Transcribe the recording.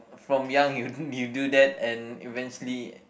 from young you you do that and eventually